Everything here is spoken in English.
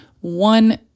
One